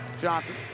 Johnson